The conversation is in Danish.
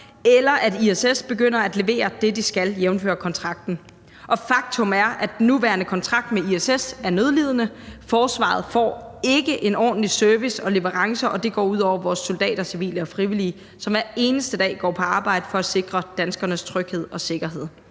eller at ISS begynder at levere det, de skal, jævnfør kontrakten. Faktum er, at den nuværende kontrakt med ISS er nødlidende. Forsvaret får ikke en ordentlig service og leverancer, og det går ud over vores soldater, civile og frivillige, som hver eneste dag går på arbejde for at sikre danskernes tryghed og sikkerhed,